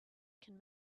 can